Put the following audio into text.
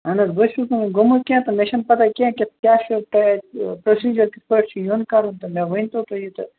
اَہَن حظ بہٕ حظ چھُس نہٕ وُنہِ گوٚمُت کیٚنٛہہ تہٕ مےٚ چھَنہٕ پتاہ کیٚنٛہہ کہِ کیٛاہ چھُ تۅہہِ اَتہِ پرٛوسیٖجر کِتھٕ پٲٹھی چھُ یُن کَرُن مےٚ ؤنۍتو تُہۍ یہِ تہٕ